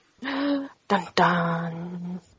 Dun-dun